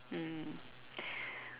mm